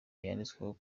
yanditsweho